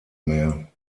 mehr